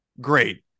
Great